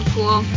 Cool